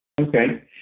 Okay